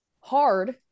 hard